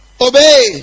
Obey